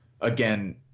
again